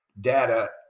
data